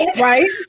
Right